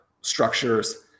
structures